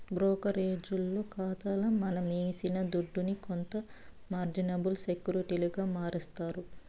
బ్రోకరేజోల్లు కాతాల మనమేసిన దుడ్డుని కొంత మార్జినబుల్ సెక్యూరిటీలుగా మారస్తారు